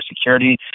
security